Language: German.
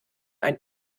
ein